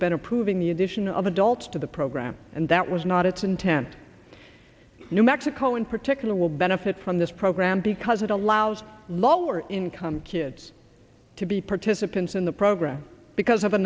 been approving the addition of adults to the program and that was not its intent new mexico in particular will benefit from this program because it allows lower income kids to be participants in the program because of